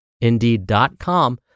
Indeed.com